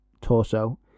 Torso